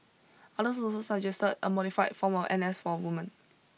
others also suggested a modified form of N S for women